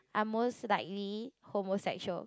are most likely homosexual